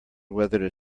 whether